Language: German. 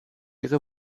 ihre